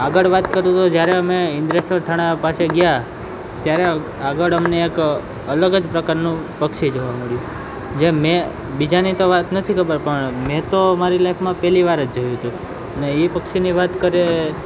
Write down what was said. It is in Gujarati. આગળ વાત કરું તો જ્યારે અમે ઈન્દ્રેશ્વર થાણા પાસે ગયા ત્યારે આગળ અમને એક અલગ જ પ્રકારનું પક્ષી જોવા મળ્યું જે મે બીજાની તો વાત નથી ખબર પણ મેં તો મારી લાઈફમાં પહેલી વાર જ જોયું હતું અને એ પક્ષીની વાત કરીએ